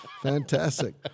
Fantastic